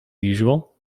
usual